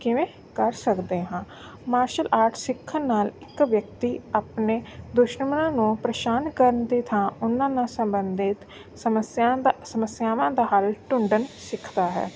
ਕਿਵੇਂ ਕਰ ਸਕਦੇ ਹਾਂ ਮਾਰਸ਼ਲ ਆਰਟ ਸਿੱਖਣ ਨਾਲ ਇੱਕ ਵਿਅਕਤੀ ਆਪਣੇ ਦੁਸ਼ਮਣਾਂ ਨੂੰ ਪਰੇਸ਼ਾਨ ਕਰਨ ਦੀ ਥਾਂ ਉਹਨਾਂ ਨਾਲ ਸੰਬੰਧਿਤ ਸਮੱਸਿਆਵਾਂ ਦਾ ਸਮੱਸਿਆਵਾਂ ਦਾ ਹੱਲ ਢੂੰਢਣਾ ਸਿਖਦਾ ਹੈ